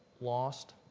Lost